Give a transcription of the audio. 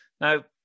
Now